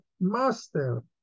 master